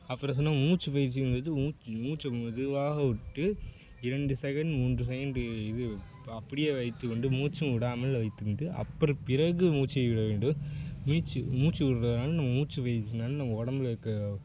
அப்புறம் சொன்னால் மூச்சுப்பயிற்சிங்கிறது மூச்சு மூச்ச மெதுவாக விட்டு இரண்டு செகண்ட் மூன்று செகண்டு இது ப அப்படியே வைத்து கொண்டு மூச்சும் விடாமல் வைத்திருந்து அப்புறம் பிறகு மூச்சை விட வேண்டும் மீச்சி மூச்சு விட்றதுனால நம்ம மூச்சுப் பயிற்சினால் நம்ம உடம்புல இருக்கற